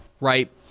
Right